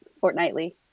fortnightly